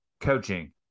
coaching